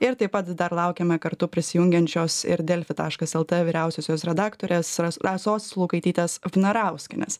ir taip pat dar laukiame kartu prisijungiančios ir delfi taškas lt vyriausiosios redaktorės rasos lukaitytės vnarauskienės